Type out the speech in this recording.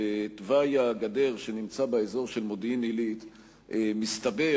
בתוואי הגדר שנמצא באזור של מודיעין-עילית מסתבר